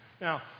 Now